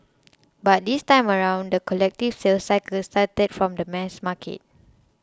but this time around the collective sales cycle started from the mass market